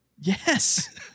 Yes